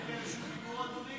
ואני ברשות דיבור, אדוני?